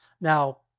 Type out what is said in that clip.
Now